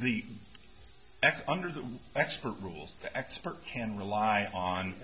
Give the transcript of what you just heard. the under the expert rules the expert can rely on